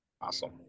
Awesome